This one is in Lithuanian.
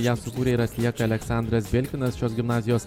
ją sukūrė ir atlieka aleksandras belkinas šios gimnazijos